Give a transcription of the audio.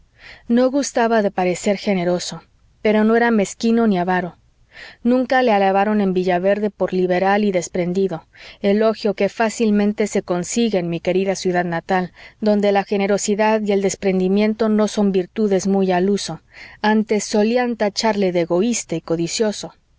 no gustaba de parecer generoso pero no era mezquino ni avaro nunca le alabaron en villaverde por liberal y desprendido elogio que fácilmente se consigue en mi querida ciudad natal donde la generosidad y el desprendimiento no son virtudes muy al uso antes solían tacharle de egoísta y codicioso